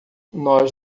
nós